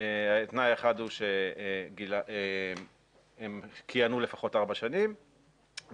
תנאי אחד הוא שהם כיהנו לפחות ארבע שנים והתנאי